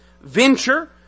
venture